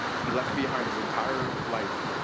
he left behind his entire life